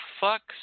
fuck's